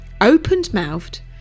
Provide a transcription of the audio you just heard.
opened-mouthed